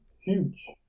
huge